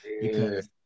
because-